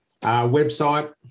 Website